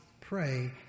pray